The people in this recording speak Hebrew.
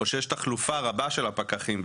או שיש תחלופה רבה של הפקחים,